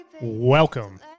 Welcome